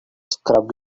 scrub